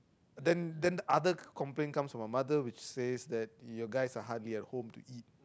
then then other complaint comes on your mother will say that you guys are huggy at home to eat